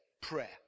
Prayer